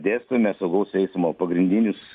dėstome saugaus eismo pagrindinius